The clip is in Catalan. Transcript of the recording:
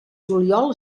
juliol